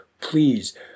please